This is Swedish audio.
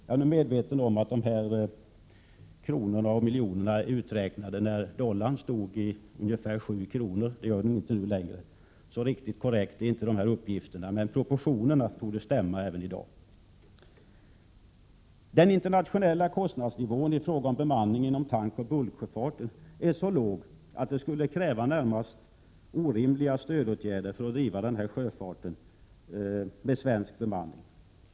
Jag är medveten om att de här beloppen är uträknade när dollarn stod i ungefär 7 kr. Det gör den inte nu längre, så riktigt korrekta är inte uppgifterna, men proportionerna torde stämma även i dag. Den internationella kostnadsnivån i fråga om bemanning inom tankoch bulksjöfarten är så låg att det skulle kräva närmast orimliga stödåtgärder att driva denna sjöfart med svensk bemanning.